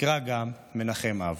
נקרא גם מנחם אב,